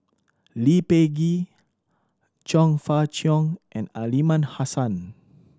Lee Peh Gee Chong Fah Cheong and Aliman Hassan